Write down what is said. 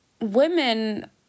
women